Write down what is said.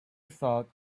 thought